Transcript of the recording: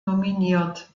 nominiert